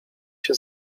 się